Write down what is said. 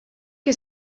que